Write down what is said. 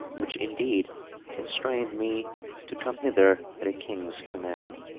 which indeed constrained me to come hither at a king's command.